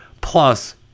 Plus